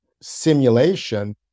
simulation